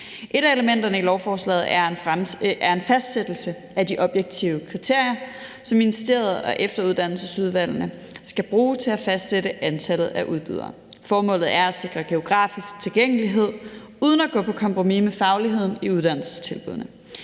Et af elementerne i lovforslaget er en fastsættelse af de objektive kriterier, som ministeriet og efteruddannelsesudvalgene skal bruge til at fastsætte antallet af udbydere. Formålet er at sikre geografisk tilgængelighed uden at gå på kompromis med fagligheden i uddannelsestilbuddene.